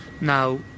Now